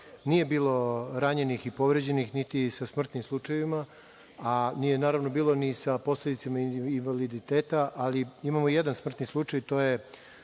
nije bilo ranjenih i povređenih, niti sa smrtnim slučajevima, a naravno nije bilo ni sa posledicama invaliditeta, ali imamo jedan smrtni slučaj. To je